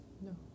No